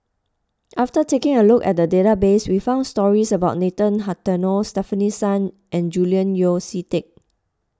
after taking a look at the database we found stories about Nathan Hartono Stefanie Sun and Julian Yeo See Teck